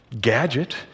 gadget